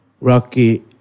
Rocky